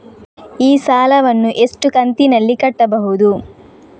ಈ ಸಾಲವನ್ನು ಎಷ್ಟು ಕಂತಿನಲ್ಲಿ ಕಟ್ಟಬಹುದು?